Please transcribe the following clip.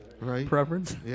preference